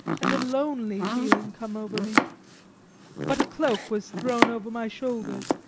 and lonely feeling came over me but a cloak was thrown over my shoulders,